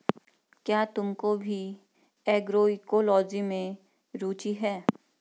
क्या तुमको भी एग्रोइकोलॉजी में रुचि है?